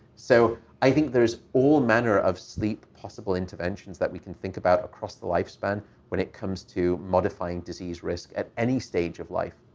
so i think there is all manner of sleep possible interventions that we can think about across the lifespan when it comes to modifying disease risk at any stage of life.